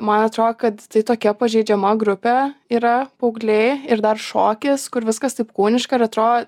man atro kad tai tokia pažeidžiama grupė yra paaugliai ir dar šokis kur viskas taip kūniška ir atro